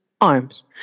arms